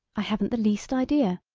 i haven't the least idea.